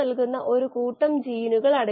ഇത് ഞാൻ സൂചിപ്പിച്ച 12 ആം നമ്പറാണ്